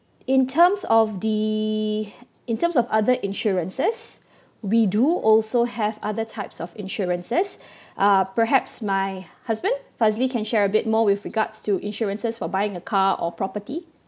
in terms of the in terms of other insurances we do also have other types of insurances uh perhaps my husband <Fazli can share a bit more with regards to insurances for buying a car or property